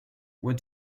were